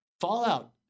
Fallout